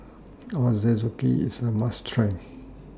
Ochazuke IS A must Try